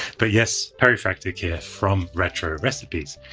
but yes, perifractic here from retro recipes.